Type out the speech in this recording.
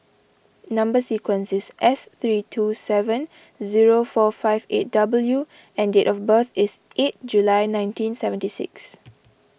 Number Sequence is S three two seven zero four five eight W and date of birth is eight July nineteen seventy six